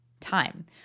time